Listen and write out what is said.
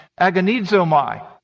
agonizomai